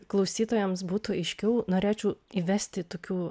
klausytojams būtų aiškiau norėčiau įvesti tokių